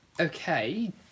Okay